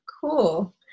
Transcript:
cool